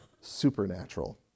supernatural